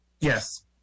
yes